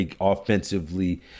offensively